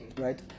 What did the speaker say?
Right